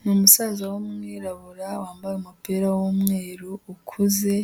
Ni umusaza w'umwirabura wambaye umupira w'umweru ukuze,